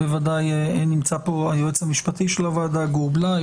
ודאי נמצא פה היועץ המשפטי של הוועדה גור בליי